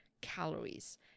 calories